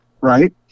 right